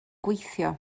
gweithio